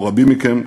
כמו רבים מכם,